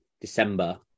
December